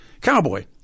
Cowboy